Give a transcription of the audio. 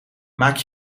maak